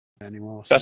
anymore